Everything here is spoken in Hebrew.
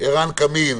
עירן קמין,